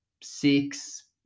six